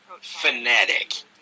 fanatic